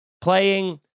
playing